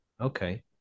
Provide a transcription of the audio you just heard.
Okay